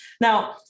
Now